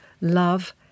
love